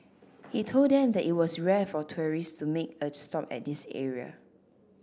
he told them that it was rare for tourists to make a stop at this area